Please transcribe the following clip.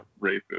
racist